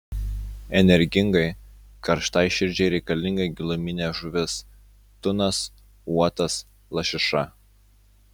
energingai karštai širdžiai reikalinga giluminė žuvis tunas uotas lašiša